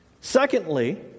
Secondly